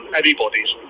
anybody's